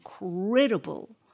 incredible